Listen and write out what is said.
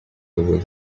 was